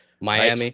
miami